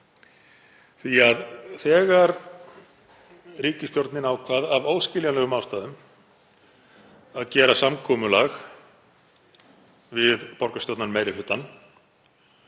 þegar ríkisstjórnin ákvað af óskiljanlegum ástæðum að gera samkomulag við borgarstjórnarmeirihlutann